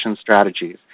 strategies